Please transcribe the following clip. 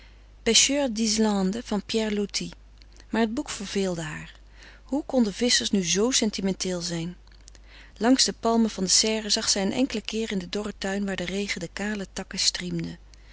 van pierre loti maar het boek verveelde haar hoe konden visschers nu zoo sentimenteel zijn langs de palmen der serre zag zij een enkelen keer in den dorren tuin waar de regen de kale takken